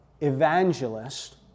evangelist